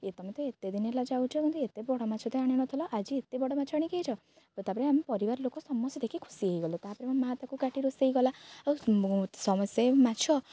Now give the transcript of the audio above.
ଯେ ତମେ ତ ଏତେ ଦିନ ହେଲା ଯାଉଛ କିନ୍ତୁ ଏତେ ବଡ଼ ମାଛ ତ ଆଣିନଥିଲ ଆଜି ଏତେ ବଡ଼ ମାଛ ଆଣିକି ଆସିଛ ତାପରେ ଆମେ ପରିବାର ଲୋକ ସମସ୍ତ ଦେଖି ଖୁସି ହେଇଗଲେ ତାପରେ ମୋ ମା ତାକୁ କାଟି ରୋଷେଇ କଲା ଆଉ ସମସ୍ତେ ମାଛ